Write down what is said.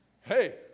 Hey